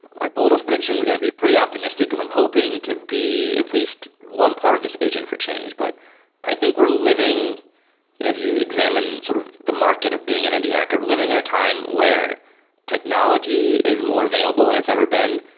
my boldest prediction is going to be pretty optimistic, because i'm hoping to be at least one part of this agent for change. but i think we're living if you examine sort of the market of being in indie hacker, we're living in a time where technology is more available than and it's ever been.